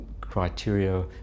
criteria